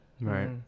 Right